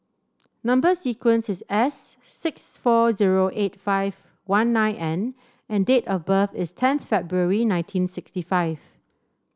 number sequence is S six four zero eight five one nine N and date of birth is ten February nineteen sixty five